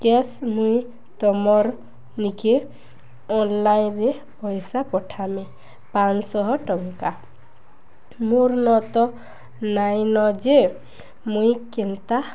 cash ମୁଇଁ ତୁମର୍ ନିକେ ଅନଲାଇନ୍ରେ ପଇସା ପଠାମେ ପାଞ୍ଚଶହ ଟଙ୍କା ମୋର୍ ନ ତ ନାଇଁନ ଯେ ମୁଇଁ କେନ୍ତା